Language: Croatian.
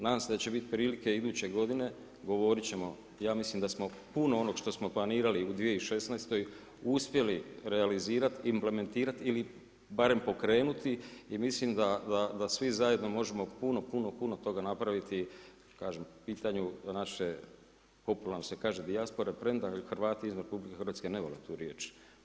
Nadam se da će biti prilike iduće godine, govorit ćemo, ja mislim da smo puno onog što smo planirali u 2016. uspjeli realizirati i implementirati ili barem pokrenuti i mislim da svi zajedno možemo puno, puno toga napraviti, kažem po pitanju naše, popularno se kaže, dijaspore, premda Hrvati izvan RH ne vole tu riječ.